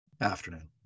Afternoon